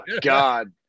God